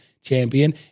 champion